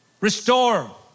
Restore